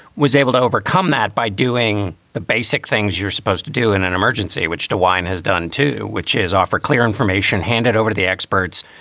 was able to overcome that by doing the basic things you're supposed to do in an emergency, which dewine has done, too, which is offer clear information handed over to the experts,